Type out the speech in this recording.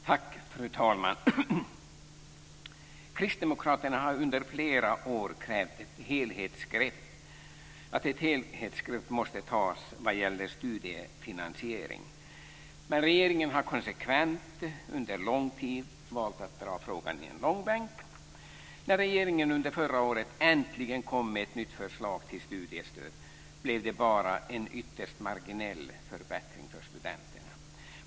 Fru talman! Kristdemokraterna har under flera år krävt att ett helhetsgrepp måste tas när det gäller studiefinansiering. Men regeringen har konsekvent under lång tid valt att dra frågan i en långbänk. När regeringen under förra året äntligen kom med ett nytt förslag till studiestöd blev det bara en ytterst marginell förbättring för studenterna.